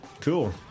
Cool